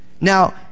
Now